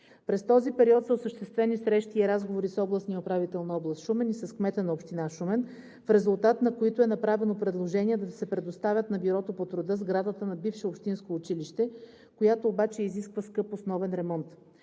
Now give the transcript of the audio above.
През този период са осъществени срещи и разговори с областния управител на област Шумен и с кмета на община Шумен, в резултат на които е направено предложение да се предостави на Бюрото по труда сградата на бивше общинско училище, която обаче изисква скъп основен ремонт.